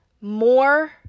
more